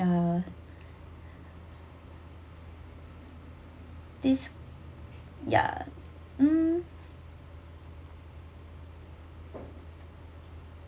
uh this ya um